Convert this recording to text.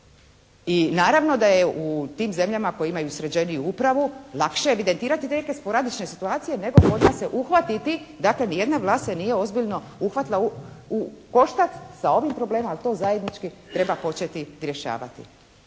I naravno da je u tim zemljama koje imaju sređeniju upravu lakše evidentirati te neke sporadične situacije nego kod nas se uhvatiti, dakle ni jedna vlast se nije ozbiljno uhvatila u koštac sa ovim problemom ali to zajednički treba početi rješavati.